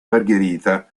margherita